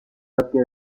امتیاز